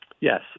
Yes